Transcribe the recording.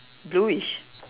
blueish